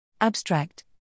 Abstract